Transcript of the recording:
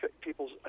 people's